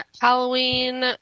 Halloween